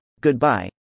Goodbye